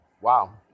Wow